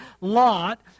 Lot